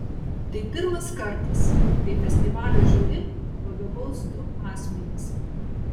tai pirmas kartas kai festivalio žiuri vadovaus du asmenys